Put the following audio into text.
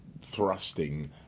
thrusting